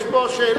יש פה שאלות.